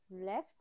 left